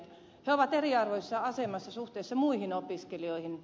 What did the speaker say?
he ovat eriarvoisessa asemassa suhteessa muihin opiskelijoihin